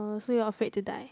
oh so you are afraid to die